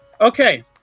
okay